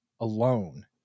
alone